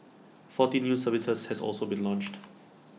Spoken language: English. forty new services has also been launched